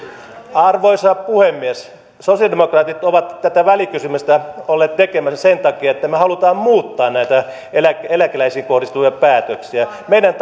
arvoisa puhemies sosialidemokraatit ovat tätä välikysymystä olleet tekemässä sen takia että me haluamme muuttaa näitä eläkeläisiin kohdistuvia päätöksiä meidän